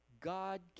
God